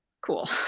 Cool